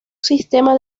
sistema